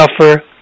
suffer